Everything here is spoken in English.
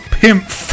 pimp